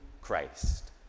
Christ